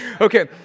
Okay